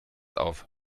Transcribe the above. auf